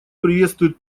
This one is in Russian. приветствует